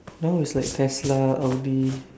now is like tesla audi